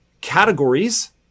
Categories